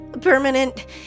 permanent